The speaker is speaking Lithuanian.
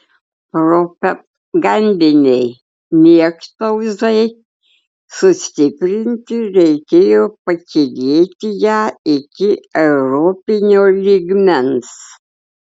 propagandinei niektauzai sustiprinti reikėjo pakylėti ją iki europinio lygmens